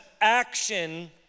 action